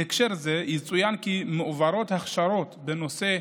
בהקשר זה יצוין כי מועברות הכשרות בנושא,